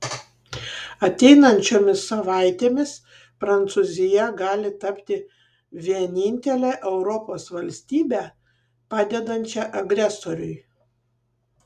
ateinančiomis savaitėmis prancūzija gali tapti vienintele europos valstybe padedančia agresoriui